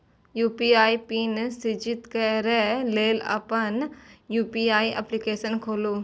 UPI PIN सृजित करै लेल अपन यू.पी.आई एप्लीकेशन खोलू